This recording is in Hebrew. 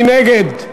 מי נגד?